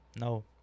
No